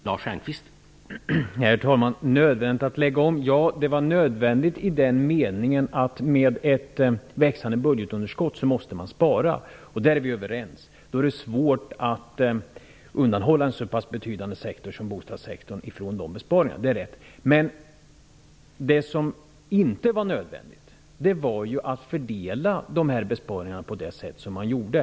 Herr talman! Statsrådet säger att det var nödvändigt att lägga om bostadspolitiken. Det var nödvändigt i den meningen att med ett växande budgetunderskott måste man spara. Där är vi överens. Det är svårt att undanta en så betydande sektor som bostadssektorn från de besparingarna, det är rätt. Men det var inte nödvändigt att fördela dessa besparingar på det sätt som man gjorde.